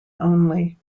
only